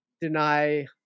deny